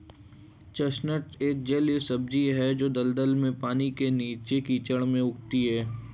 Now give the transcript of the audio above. chestnut एक जलीय सब्जी है जो दलदल में, पानी के नीचे, कीचड़ में उगती है